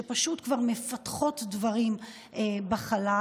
שפשוט כבר מפתחות דברים בחלל.